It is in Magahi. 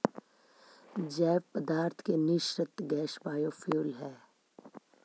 जैव पदार्थ के निःसृत गैस बायोफ्यूल हई